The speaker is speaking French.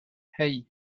hey